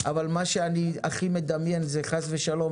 אבל מה שאני הכי מדמיין זה חס ושלום